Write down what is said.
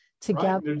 together